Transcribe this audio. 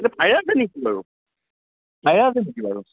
এইটো ভাইৰাছহে নেকি বাৰু ভাইৰাছহে নেকি বাৰু